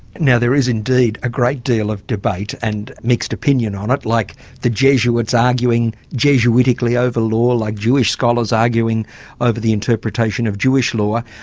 now there is indeed a great deal of debate and mixed opinion on it like the jesuits arguing jesuitically over law like jewish scholars arguing over the interpretation of jewish law,